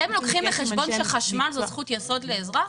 אתם לוקחים בחשבון שחשמל זו זכות יסוד לאזרח,